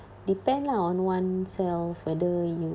depend lah on oneself whether you